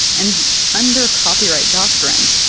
and under copyright doctrine,